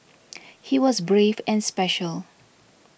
he was brave and special